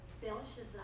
Belshazzar